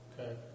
Okay